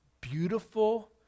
beautiful